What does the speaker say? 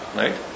right